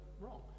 wrong